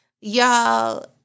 Y'all